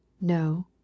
NO